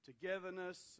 togetherness